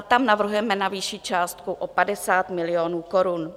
Tam navrhujeme navýšit částku o 50 milionů korun.